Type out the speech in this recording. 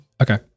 Okay